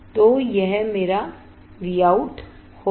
तो यह मेरा Vout होगा